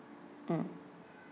mm